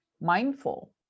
mindful